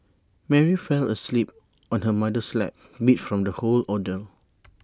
Mary fell asleep on her mother's lap beat from the whole ordeal